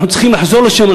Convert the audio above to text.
אנחנו צריכים לחזור לשם.